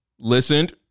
listened